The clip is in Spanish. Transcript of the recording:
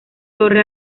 torre